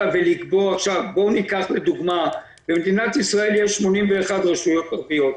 ולקבוע בואו ניקח לדוגמה: במדינת ישראל יש 81 רשויות ערביות.